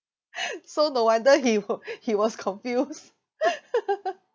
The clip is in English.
so no wonder he will he was confused